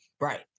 Right